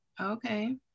Okay